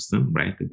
right